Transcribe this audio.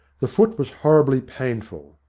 the foot was horribly painful.